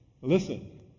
listen